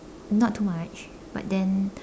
not too much but then